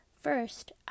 First